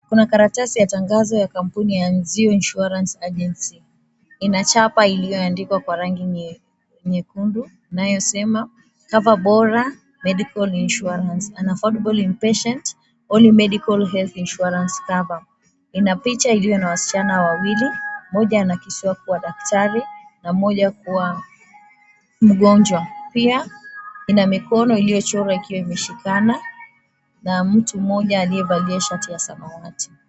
Kuna karatasi ya tangazo ya kampuni ya Anziano Insurance Agency, ina chapa iliyoandikwa kwa rangi nyekundu inayosema "COVERBORA MEDICAL INSURANCE: An Affordable Inpatient Only Medical Health Insurance Cover." Ina picha iliyo na wasichana wawili, mmoja anakisiwa kuwa ni daktari na mmoja kuwa mgonjwa, pia ina mikono iliyochorwa ikiwa imeshikana, na mtu mmoja aliyevalia shati ya samawati.